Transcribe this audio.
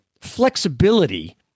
Flexibility